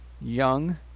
young